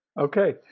Okay